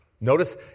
Notice